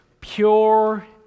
pure